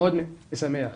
משמח.